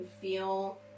feel